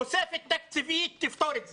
תוספת תקציבית תפתור את זה.